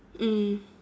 mm